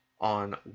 on